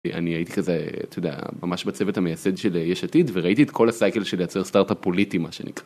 אני הייתי כזה אתה יודע ממש בצוות המייסד של יש עתיד וראיתי את כל הסייקל של לייצר סטארטאפ פוליטי מה שנקרא.